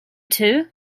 two